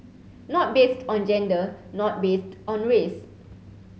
not based on gender not based on race